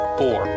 four